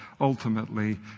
ultimately